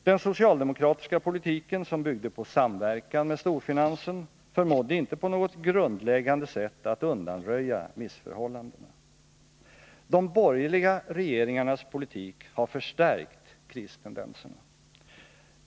Den socialdemokratiska politiken, som byggde på samverkan med storfinansen, förmådde inte på något grundläggande sätt att undanröja missförhållandena. De borgerliga regeringarnas politik har förstärkt kristendenserna.